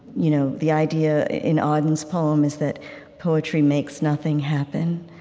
you know the idea in auden's poem is that poetry makes nothing happen,